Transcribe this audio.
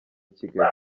kigali